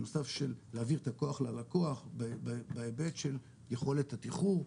במצב של להעביר את הכוח ללקוח בהיבט של יכולת התיחור,